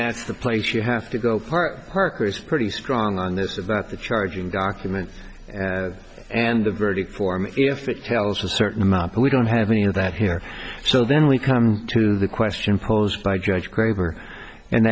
that's the place you have to go for parker's pretty strong on this is that the charging documents and the verdict form if it tells a certain amount we don't have any of that here so then we come to the question posed by judge graver and